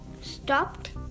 stopped